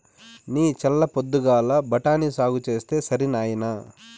నీ చల్ల పొద్దుగాల బఠాని సాగు చేస్తే సరి నాయినా